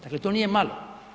Dakle, to nije malo.